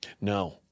No